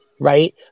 right